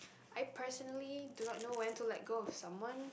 I personally do not know when to let go of someone